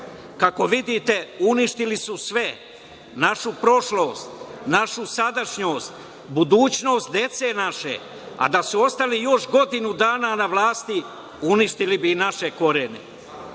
vidite, uništili su sve, našu prošlost, našu sadašnjost, budućnost dece naše, a da su ostali još godinu dana na vlasti uništili bi i naše korene.